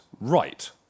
right